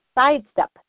sidestep